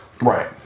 Right